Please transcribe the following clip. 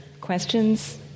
questions